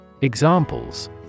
Examples